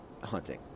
hunting